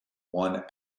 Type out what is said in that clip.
one